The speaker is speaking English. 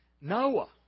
Noah